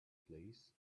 place